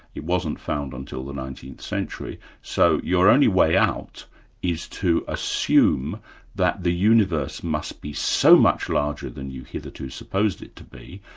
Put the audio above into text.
it wasn't found until the nineteenth century, so your only way out is to assume that the universe must be so much larger than you'd hitherto supposed it to be,